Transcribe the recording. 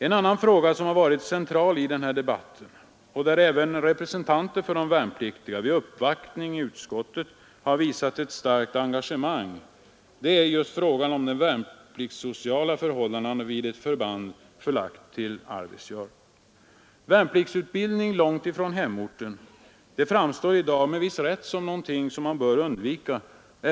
En annan fråga som varit central i debatten och där även representanten för de värnpliktiga vid uppvaktning i utskottet har visat ett starkt engagemang, är frågan om de värnpliktssociala förhållandena vid ett förband förlagt till Arvidsjaur. Värnpliktsutbildning långt från hemorten framstår i dag med viss rätt som något som bör undvikas.